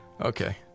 okay